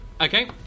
Okay